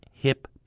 hip